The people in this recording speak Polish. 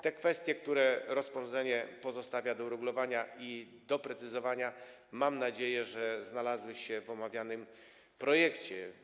Te kwestie, które rozporządzenie pozostawia do uregulowania i doprecyzowania, mam nadzieję, znalazły się w omawianym projekcie.